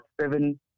seven